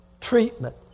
treatment